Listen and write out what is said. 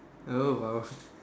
oh !wow!